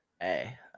hey